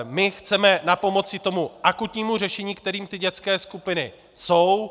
My chceme napomoci tomu akutnímu řešení, kterým dětské skupiny jsou.